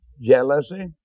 Jealousy